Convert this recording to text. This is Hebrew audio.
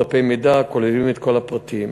דפי מידע הכוללים את כל הפרטים.